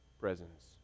presence